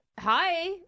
hi